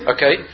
Okay